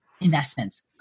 investments